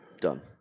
done